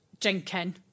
drinking